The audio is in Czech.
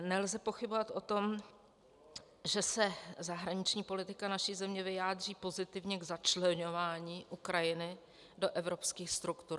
Nelze pochybovat o tom, že se zahraniční politika naší země vyjádří pozitivně k začleňování Ukrajiny do evropských struktur.